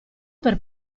per